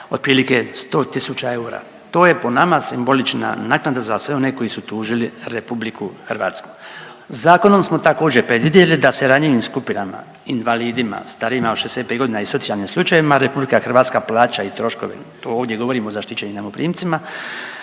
otprilike 100 000 eura. To je po nama simbolična naknada za sve one koji su tužili Republiku Hrvatsku. Zakonom smo također predvidjeli da se ranjivim skupinama, invalidima, starijima od 65 godina i socijalnim slučajevima Republika Hrvatska plaća i troškove to ovdje govorim o zaštićenim najmoprimcima